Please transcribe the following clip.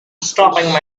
stopping